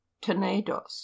Tenedos